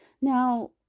Now